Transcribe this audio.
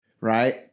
Right